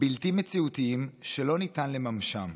בלתי מציאותיים שלא ניתן לממשם.